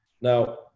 Now